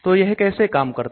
तो यह कैसे काम करते हैं